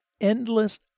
endless